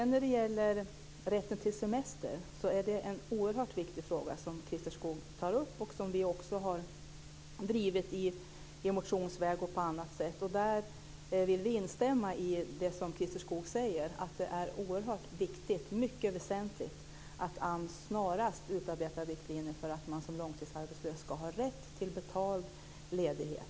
När det gäller rätten till semester är det en oerhört viktig fråga som Christer Skoog tar upp och som vi också har drivit i motioner och på annat sätt. Vi vill instämma i det som Christer Skoog säger, att det är oerhört viktigt och mycket väsentligt att AMS snarast utarbetar riktlinjer för att långtidsarbetslösa ska ha rätt till betald ledighet.